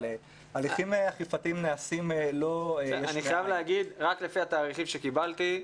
אבל הליכים אכיפתיים נעשים --- רק לפי התאריכים שקיבלתי,